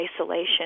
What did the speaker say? isolation